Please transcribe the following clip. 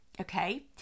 Okay